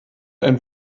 ein